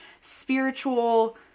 spiritual